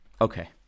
Okay